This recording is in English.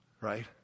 right